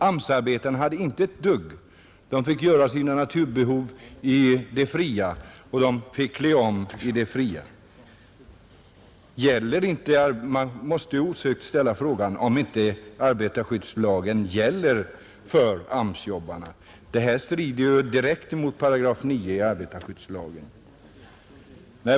AMS-arbetarna hade inte ett dugg sådant — de fick göra sina naturbehov i det fria och fick klä om i det fria. Man ställer osökt frågan om inte arbetarskyddslagen gäller för AMS-jobbarna. Det här strider ju direkt mot 9 § arbetarskyddslagen.